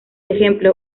ejemplo